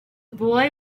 boy